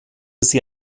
sie